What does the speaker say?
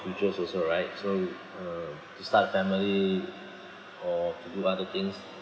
futures also right so um to start family or to do other things